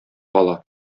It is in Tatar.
кала